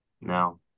now